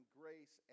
grace